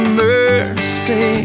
mercy